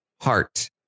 heart